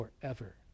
forever